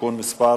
(תיקון מס'